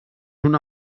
una